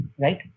right